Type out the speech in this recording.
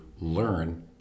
learn